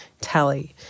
tally